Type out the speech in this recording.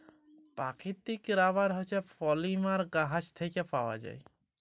পাকিতিক রাবার হছে পলিমার গাহাচ থ্যাইকে পাউয়া যায়